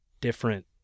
different